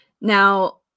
Now